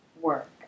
Work